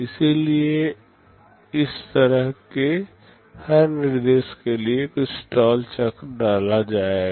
इसलिए इस तरह के हर निर्देश के लिए कुछ स्टाल चक्र डाला जाएगा